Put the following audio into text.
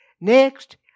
Next